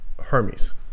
Hermes